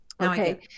okay